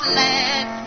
let